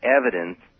evidence